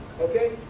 okay